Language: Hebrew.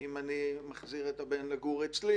אם אני מחזיר את הבן לגור אצלי